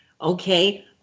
Okay